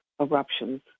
eruptions